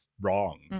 wrong